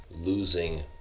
losing